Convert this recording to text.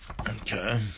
Okay